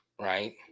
right